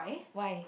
why